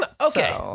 Okay